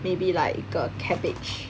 maybe like 一个 cabbage